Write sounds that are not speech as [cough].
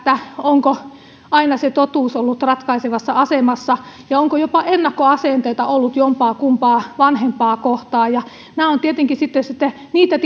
onko aina se totuus ollut ratkaisevassa asemassa ja onko jopa ennakkoasenteita ollut jompaakumpaa vanhempaa kohtaan nämä ovat tietenkin sitten sitten niitä [unintelligible]